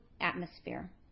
atmosphere